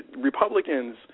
Republicans